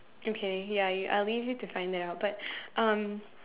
okay ya I will leave you to find that out but um